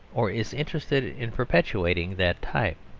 or is interested in perpetuating, that type.